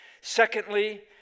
Secondly